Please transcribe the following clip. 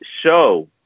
show